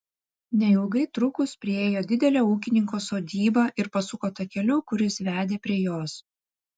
neilgai trukus priėjo didelę ūkininko sodybą ir pasuko takeliu kuris vedė prie jos